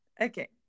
Okay